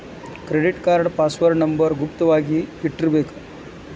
credit card password number ಗುಪ್ತ ವಾಗಿ ಇಟ್ಟಿರ್ಬೇಕ